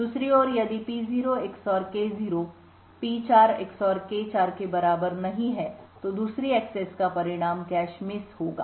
दूसरी ओर यदि P0 XOR K0 P4 XOR K4 के बराबर नहीं है तो दूसरी एक्सेस का परिणाम कैशे मिस होगा